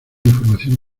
información